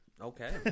Okay